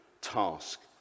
task